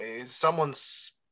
someone's